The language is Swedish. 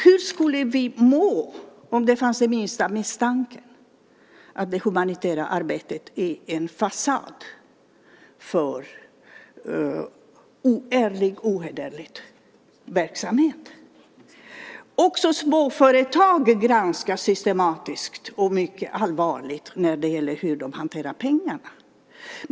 Hur skulle vi må om det fanns minsta misstanke att det humanitära arbetet är en fasad för oärlig och ohederlig verksamhet? Också småföretag granskas systematiskt och mycket allvarligt när det gäller hur de hanterar pengarna.